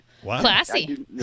classy